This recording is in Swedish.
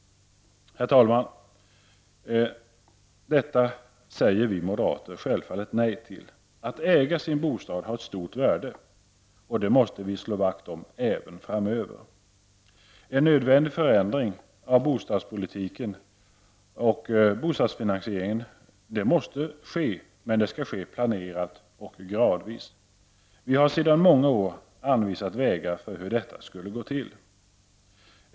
Herr talman! Detta säger vi moderater självfallet nej till. Att äga sin bostad har ett stort värde. Det måste vi slå vakt om även framöver. En nödvändig förändring av bostadspolitiken och bostadsfinansieringen måste ske, men det måste ske planerat och gradvis. Vi har sedan många år tillbaka anvisat vägar för hur detta skall gå till.